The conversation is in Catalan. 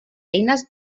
eines